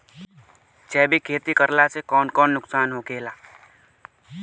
जैविक खेती करला से कौन कौन नुकसान होखेला?